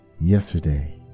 yesterday